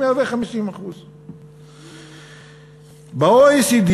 הוא 50%. ב-OECD